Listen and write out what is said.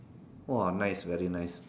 !wah! nice very nice